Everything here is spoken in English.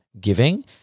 giving